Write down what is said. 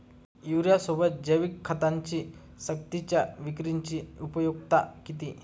युरियासोबत जैविक खतांची सक्तीच्या विक्रीची उपयुक्तता किती?